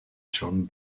john